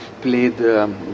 played